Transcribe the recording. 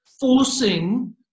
forcing